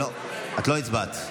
לא, את לא הצבעת,